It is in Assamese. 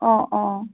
অঁ অঁ